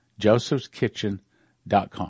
josephskitchen.com